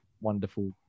wonderful